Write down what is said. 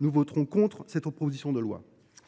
Nous voterons donc contre cette proposition de loi.